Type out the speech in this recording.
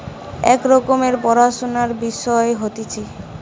এক রকমের পড়াশুনার বিষয় হতিছে